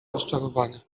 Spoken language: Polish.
rozczarowania